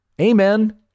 Amen